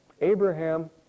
Abraham